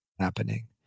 happening